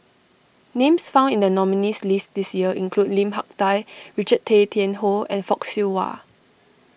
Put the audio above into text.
names found in the nominees' list this year include Lim Hak Tai Richard Tay Tian Hoe and Fock Siew Wah